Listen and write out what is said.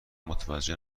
متوجه